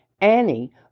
Annie